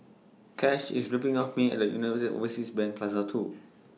Kash IS dropping off Me At United Overseas Bank Plaza two